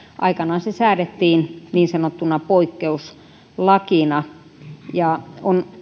aikanaan se säädettiin niin sanottuna poikkeuslakina on